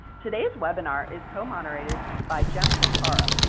today's webinar is co-moderated by jem porcaro,